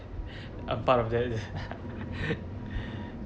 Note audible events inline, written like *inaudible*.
a part of that *laughs*